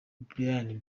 brian